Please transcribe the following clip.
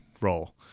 role